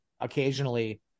occasionally